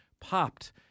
popped